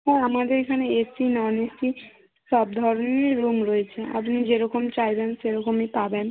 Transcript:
হ্যাঁ আমাদের এখানে এসি নন এসি সব ধরনেরই রুম রয়েছে আপনি যেরকম চাইবেন সেরকমই পাবেন